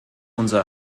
unser